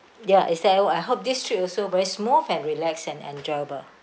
ya is there uh I hope this trip also very smooth and relaxed and enjoyable